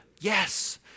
Yes